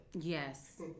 Yes